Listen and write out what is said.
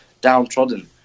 downtrodden